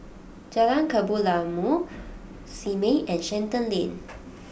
Jalan Kebun Limau Simei and Shenton Lane